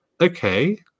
okay